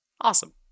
Awesome